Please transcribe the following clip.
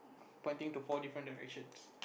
pointing to four different directions